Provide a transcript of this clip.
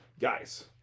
Guys